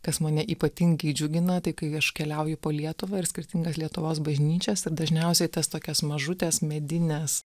kas mane ypatingai džiugina tai kai aš keliauju po lietuvą ir skirtingas lietuvos bažnyčias ir dažniausiai tas tokias mažutes medines